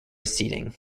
seating